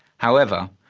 however,